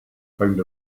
found